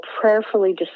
prayerfully